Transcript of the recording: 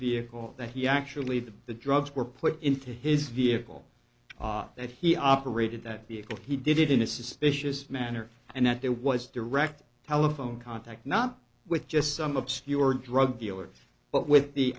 vehicle that he actually did the drugs were put into his vehicle that he operated that vehicle he did it in a suspicious manner and that it was direct telephone contact not with just some obscure drug dealers but with the